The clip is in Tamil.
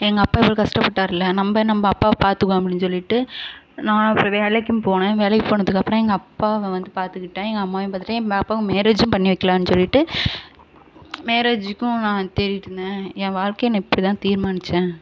எங்கள் அப்பா இவ்வளோ கஷ்டப்பட்டாரில்ல நம்ம நம்ம அப்பாவை பார்த்துக்குவோம் அப்படின்னு சொல்லிவிட்டு நான் அப்புறம் வேலைக்கும் போனேன் வேலைக்குப் போனதுக்கு அப்புறம் எங்கள் அப்பாவை வந்து பார்த்துக்கிட்டேன் எங்கள் அம்மாவையும் பார்த்துக்கிட்டேன் என் பாப்பாவுக்கு மேரேஜும் பண்ணி வைக்கலாம்னு சொல்லிட்டு மேரேஜுக்கும் நான் தேடிட்டு இருந்தேன் என் வாழ்க்கையை நான் இப்படி தான் தீர்மானித்தேன்